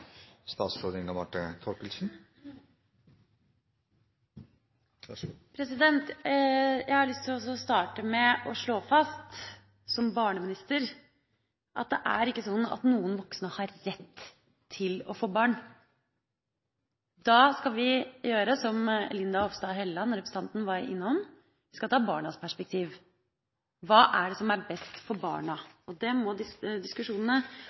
Jeg har lyst til å starte med å slå fast som barneminister at det er ikke slik at voksne har rett til å få barn. Da skal vi, som representanten Linda C. Hofstad Helleland var innom, se det ut fra barnas perspektiv – hva er det som er best for barna? Det må disse diskusjonene